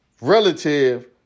relative